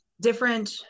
different